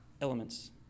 elements